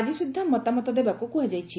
ଆକି ସୁଦ୍ଧା ମତାମତ ଦେବାକୁ କୁହାଯାଇଛି